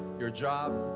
your job,